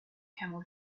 camel